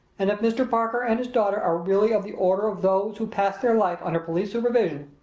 and if mr. parker and his daughter are really of the order of those who pass their life under police supervision,